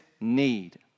need